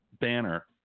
banner